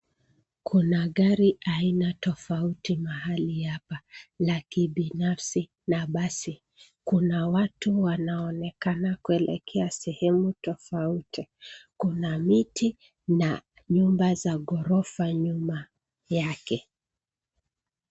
Kuna gari aina tofauti mahali hapa, la kibinafsi na basi. Kuna watu wanaonekana kuelekea sehemu tofauti. Kuna miti na nyumba za ghorofa nyuma yake.